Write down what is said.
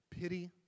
pity